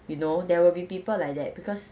you know there will be people like that because